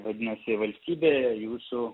vadinasi valstybė jūsų